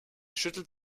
schüttelt